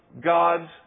God's